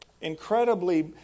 incredibly